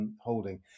holding